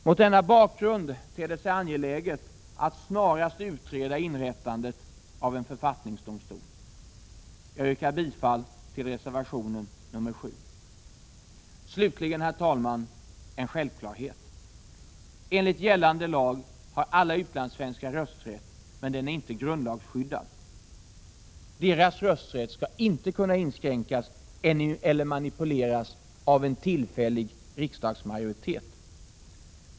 Mot denna bakgrund ter det sig angeläget att snarast utreda inrättandet av en författningsdomstol. Jag yrkar bifall till reservation nr 7. Slutligen, herr talman, en självklarhet. Enligt gällande lag har alla utlandssvenskar rösträtt, men den är inte grundlagsskyddad. Deras rösträtt skall inte kunna inskränkas eller manipuleras av en tillfällig riksdagsmajoritet.